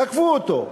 תקפו אותו,